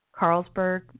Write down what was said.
Carlsberg